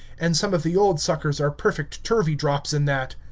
and some of the old suckers are perfect turveydrops in that.